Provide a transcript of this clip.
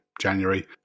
January